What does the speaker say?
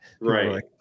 right